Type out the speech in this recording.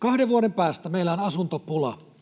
kahden vuoden päästä meillä on asuntopula,